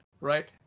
right